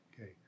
okay